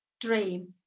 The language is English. dream